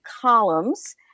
columns